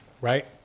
right